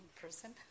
person